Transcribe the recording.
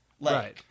Right